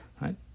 right